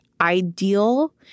ideal